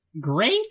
great